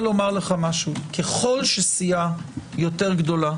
יש לומר - הופצו המון דברים בקשר לחוק הזה.